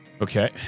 okay